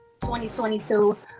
2022